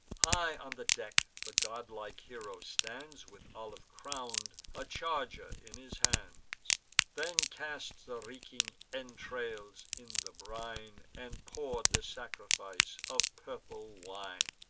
high on the deck the godlike hero stands, with olive crown'd, a charger in his hands then cast the reeking entrails in the brine, and pour'd the sacrifice of purple wine.